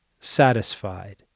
satisfied